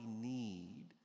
need